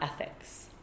ethics